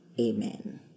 Amen